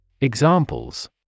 Examples